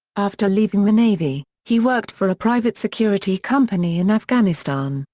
after leaving the navy, he worked for a private security company in afghanistan,